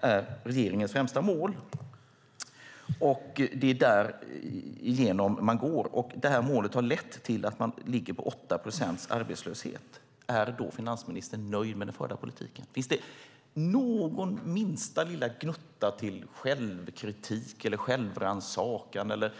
är regeringens främsta mål och ser att arbetslösheten ligger på 8 procent, är finansministern nöjd med den förda politiken? Finns det minsta lilla gnutta självkritik eller självrannsakan?